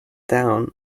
down